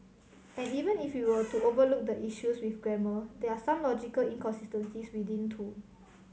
and even if we were to overlook the issues with grammar there are some logical inconsistencies within too